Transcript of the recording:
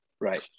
Right